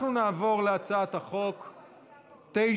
אנחנו נעבור להצעת חוק 921/24,